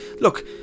look